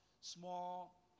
small